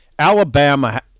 Alabama